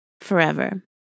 forever